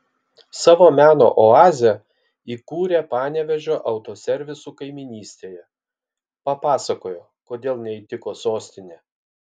savo meno oazę įkūrė panevėžio autoservisų kaimynystėje papasakojo kodėl neįtiko sostinė